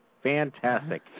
Fantastic